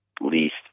least